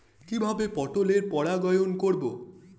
কিভাবে পটলের পরাগায়ন করব?